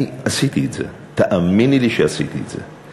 אני עשיתי את זה, תאמיני לי שעשיתי את זה.